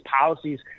policies